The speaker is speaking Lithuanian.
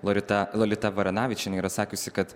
lorita lolita varanavičienė yra sakiusi kad